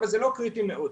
אבל זה לא קריטי מאוד.